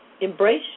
embrace